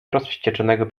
rozwścieczonego